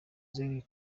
ziri